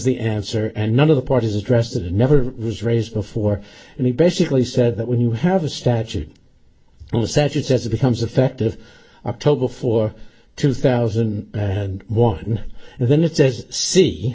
the answer and none of the parties addressed that it never was raised before and he basically said that when you have a statute on the set it says it becomes effective october for two thousand and one and then it says see